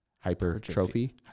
Hypertrophy